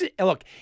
look